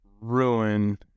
ruin